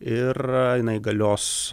ir jinai galios